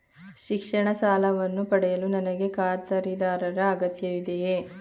ಶಿಕ್ಷಣ ಸಾಲವನ್ನು ಪಡೆಯಲು ನನಗೆ ಖಾತರಿದಾರರ ಅಗತ್ಯವಿದೆಯೇ?